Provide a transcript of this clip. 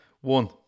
One